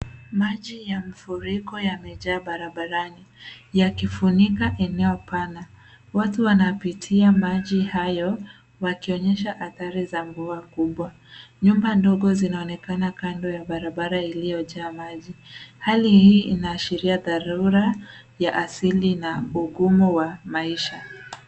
Maji ya mafuriko yamejaa barabarani, yakifunika eneo pana. Watu wanapitia maji hayo wakionyesha athari za mvua kubwa. Nyumba ndogo zinaonekana kando ya barabara iliyojaa maji. Hali hii inaashiria dharura ya asili na ugumu wa maisha.